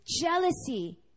jealousy